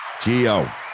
Gio